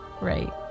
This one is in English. Right